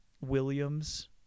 Williams